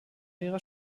ihrer